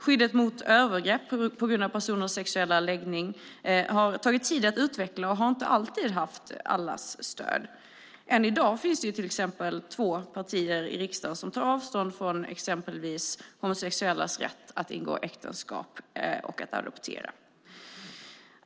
Skyddet mot övergrepp på grund av personers sexuella läggning har det tagit tid att utveckla, och det har inte alltid haft allas stöd. Till exempel finns det än i dag två partier i riksdagen som tar avstånd från homosexuellas rätt att ingå äktenskap och att adoptera.